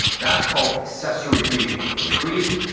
that's called accessory breathing. when you breathe,